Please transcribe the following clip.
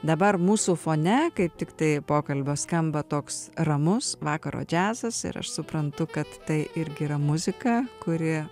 dabar mūsų fone kaip tiktai pokalbio skamba toks ramus vakaro džiazas ir aš suprantu kad tai irgi yra muzika kuri